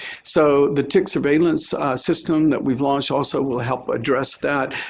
so the tick surveillance system that we've launched also will help address that.